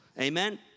amen